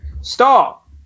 stop